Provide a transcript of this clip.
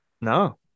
no